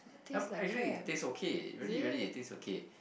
ya actually it taste okay really really it taste okay